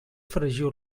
fregiu